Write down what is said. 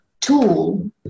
tool